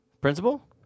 Principal